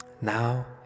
now